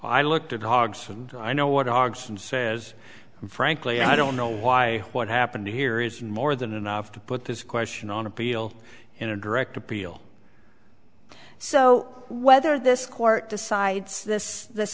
i looked at hogs and i know what dogs and says frankly i don't know why what happened here is more than enough to put this question on appeal in a direct appeal so whether this court decides this th